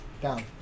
down